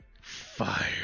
Fire